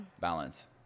Balance